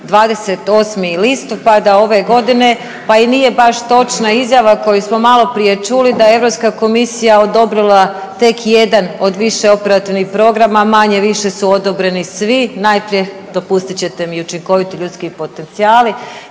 28. listopada ove godine, pa i nije baš točna izjava koju smo maloprije čuli da je Europska komisija tek jedan od više operativnih programa, manje-više su odobreni svi, najprije dopustit ćete mi učinkoviti ljudski potencijali,